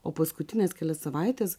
o paskutines kelias savaites